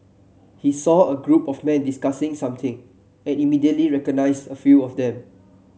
he saw a group of men discussing something and immediately recognised a few of them